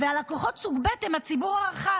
הלקוחות סוג ב' הם הציבור הרחב,